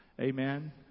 Amen